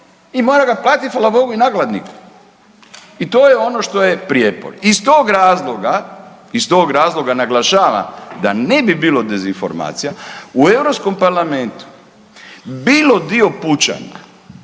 i mora ga platiti, hvala Bogu i nakladniku. I to je ono što je prijepor. Iz tog razloga, iz tog razloga naglašavam da ne bi bilo dezinformacija, u EU parlamentu bilo dio pučana,